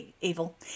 evil